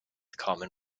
common